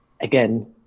again